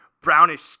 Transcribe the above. brownish